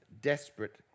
desperate